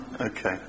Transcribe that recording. Okay